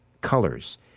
Colors